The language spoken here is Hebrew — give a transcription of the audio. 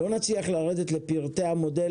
לא נצליח לרדת לפרטי המודל,